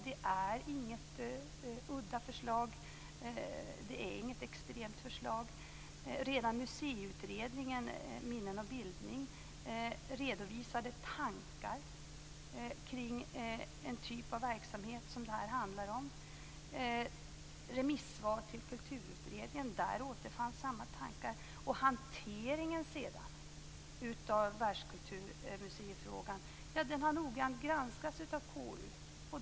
Det är inget udda förslag. Det är inget extremt förslag. Redan Museiutredningens betänkande Minne och bildning redovisade tankar kring den typ av verksamhet som det här handlar om. I remissvar till Kulturutredningen återfanns samma tankar. Och hanteringen av världskulturmuseifrågan har sedan noggrant granskats av KU.